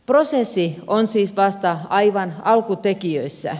prosessi on siis vasta aivan alkutekijöissä